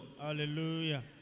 Hallelujah